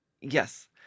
Yes